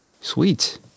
Sweet